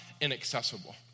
inaccessible